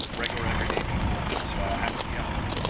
regular everyday people that had to be up at,